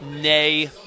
nay